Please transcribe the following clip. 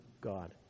God